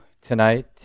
tonight